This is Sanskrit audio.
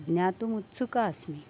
ज्ञातुम् उत्सुका अस्मि